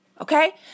Okay